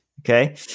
Okay